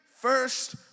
first